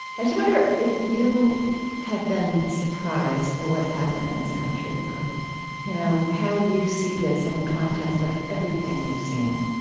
i just wonder if you have been surprised at what's happened in this country, or you know how you see this, in the context of everything you've seen,